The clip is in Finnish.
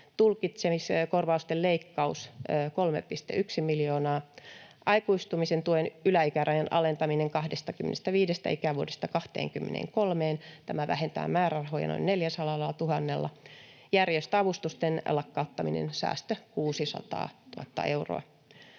Tulkitsemiskorvausten leikkaus 3,1 miljoonaa. Aikuistumisen tuen yläikärajan alentaminen 25 ikävuodesta 23:een vähentää määrärahoja noin 400 000:lla. Järjestöavustusten lakkauttamisen säästö 600 000 euroa.